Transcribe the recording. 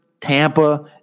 Tampa